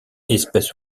espèce